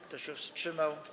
Kto się wstrzymał?